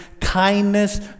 kindness